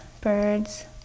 birds